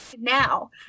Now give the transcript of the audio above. now